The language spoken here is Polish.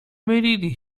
mylili